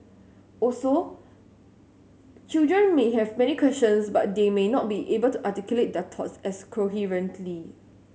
also children may have many questions but they may not be able to articulate their thoughts as coherently